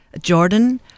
Jordan